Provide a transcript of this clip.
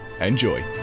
enjoy